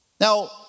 Now